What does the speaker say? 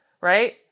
right